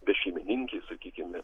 bešeimininkiai sakykime